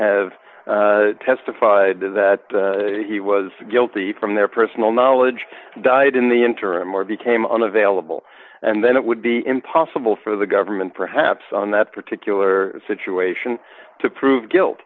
have testified to that he was guilty from their personal knowledge died in the interim or became unavailable and then it would be impossible for the government perhaps on that particular situation to prove guilt